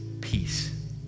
peace